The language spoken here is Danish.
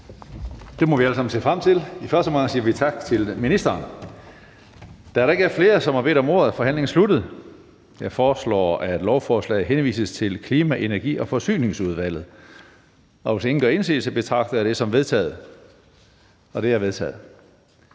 Det må vi alle sammen se frem til. I første omgang siger vi tak til ministeren. Da der ikke er flere, der har bedt om ordet, er forhandlingen sluttet. Jeg foreslår, at lovforslaget henvises til Klima-, Energi- og Forsyningsudvalget. Hvis ingen gør indsigelse, betragter jeg det som vedtaget. Det er vedtaget.